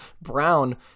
Brown